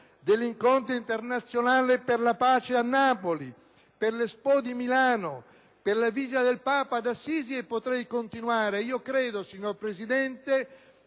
dell'incontro internazionale per la pace a Napoli, dell'Expo di Milano, della visita del Papa ad Assisi e potrei continuare. Credo, signor Presidente,